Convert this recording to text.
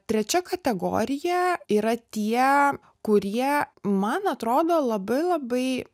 trečia kategorija yra tie kurie man atrodo labai labai